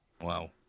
Wow